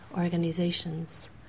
organizations